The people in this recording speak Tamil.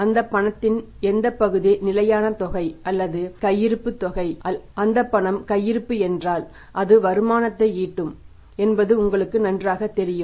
அந்த பணத்தின் எந்தப் பகுதி நிலையான தொகை அல்லது கையிருப்புள்ள தொகை அது அந்தப் பணம் கையிருப்பு என்றால் அது வருமானத்தை ஈட்டும் என்பது உங்களுக்கு நன்றாகத் தெரியும்